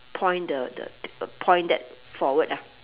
point the the point that forward ah